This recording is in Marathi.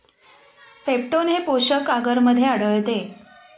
पेप्टोन हे पोषक आगरमध्ये आढळते